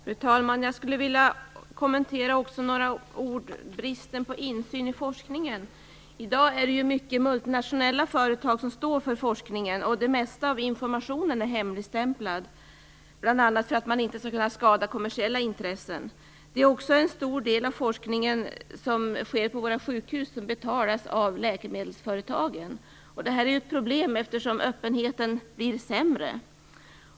Fru talman! Jag skulle vilja kommentera bristen på insyn i forskningen. I dag är det många multinationella företag som står för forskningen. Den största delen av informationen är hemligstämplad, bl.a. för att man inte skall kunna skada kommersiella intressen. En stor del av den forskning som sker på våra sjukhus betalas också av läkemedelsföretagen. Det är ett problem, eftersom öppenheten blir sämre.